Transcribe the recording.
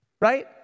right